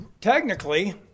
Technically